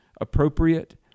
appropriate